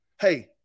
Hey